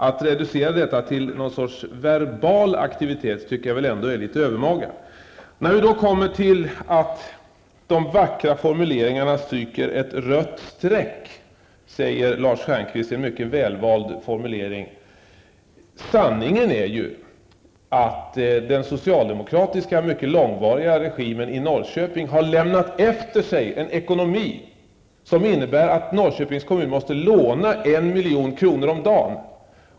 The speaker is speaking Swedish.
Att reducera det hela till något slags verbal aktivitet tycker jag ändå är något övermaga. Lars Stjernkvist sade i en mycket väl vald formulering att de vackra formuleringarna stryker liksom över med ett rött streck. Sanningen är ju att den mycket långvariga socialdemokratiska regimen i Norrköping har lämnat efter sig en ekonomi som innebär att Norrköpings kommun måste låna 1 milj.kr. om dagen.